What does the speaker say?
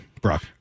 brock